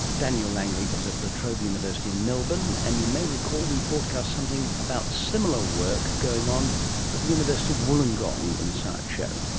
daniel langley is at la trobe university in melbourne. and you may recall we broadcast something about similar work going on at the university of wollongong in the science show.